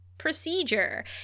procedure